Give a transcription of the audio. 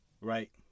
right